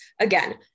Again